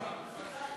ודאי.